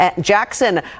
Jackson